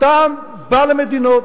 אתה בא למדינות,